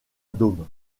dome